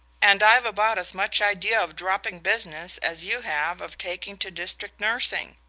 and i've about as much idea of dropping business as you have of taking to district nursing.